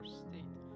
state